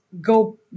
go